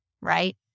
right